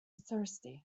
thirsty